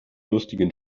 lustigen